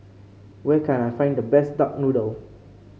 where can I find the best Duck Noodle